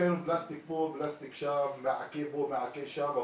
מפלסטיק פה, פלסטיק שם, מעקה פה, מעקה שם.